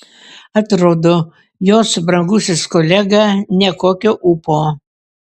atrodo jos brangusis kolega nekokio ūpo